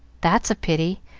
that's a pity!